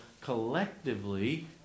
collectively